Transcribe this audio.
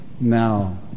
now